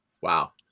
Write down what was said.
Wow